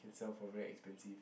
can sell for very expensive